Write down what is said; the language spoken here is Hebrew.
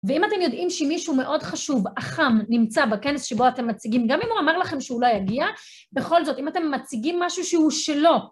ואם אתם יודעים שמישהו מאוד חשוב, אח"ם, נמצא בכנס שבו אתם מציגים, גם אם הוא אמר לכם שהוא לא יגיע, בכל זאת, אם אתם מציגים משהו שהוא שלו...